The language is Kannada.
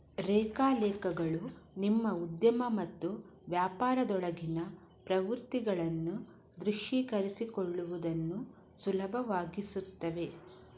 ರೇಖಾಲೇಖಗಳು ನಿಮ್ಮ ಉದ್ಯಮ ಮತ್ತು ವ್ಯಾಪಾರದೊಳಗಿನ ಪ್ರವೃತ್ತಿಗಳನ್ನು ದೃಶ್ಯೀಕರಿಸಿಕೊಳ್ಳುವುದನ್ನು ಸುಲಭವಾಗಿಸುತ್ತವೆ